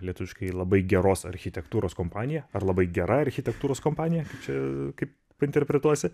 lietuviškai labai geros architektūros kompanija ar labai gera architektūros kompanija kaip čia kaip interpretuosi